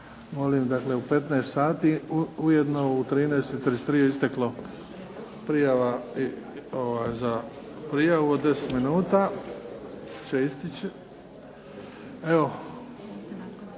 Molim dakle u 15 sati. Ujedno, u 13,33 je isteklo prijava za prijavu od 10 minuta će isteći.